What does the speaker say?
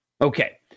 Okay